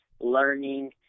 learning